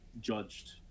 judged